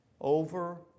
Over